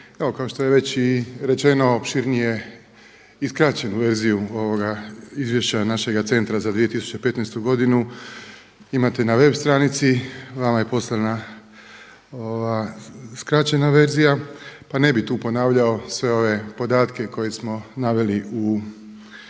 Evo kao što je već i rečeno opširnije i skraćenu verziju ovoga izvješća našega Centra za 2015. godinu imate na web stranici, vama je poslana skraćena verzija pa ne bih tu ponavljao sve ove podatke koje smo naveli u